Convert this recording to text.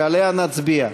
שעליה נצביע.